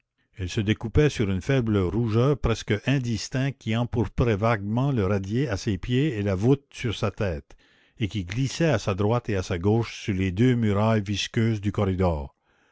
elle se découpait sur une faible rougeur presque indistincte qui empourprait vaguement le radier à ses pieds et la voûte sur sa tête et qui glissait à sa droite et à sa gauche sur les deux murailles visqueuses du corridor